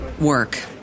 work